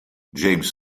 james